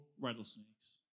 rattlesnakes